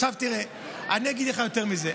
עכשיו תראה, אני אגיד לך יותר מזה.